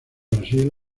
brasil